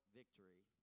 victory